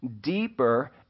deeper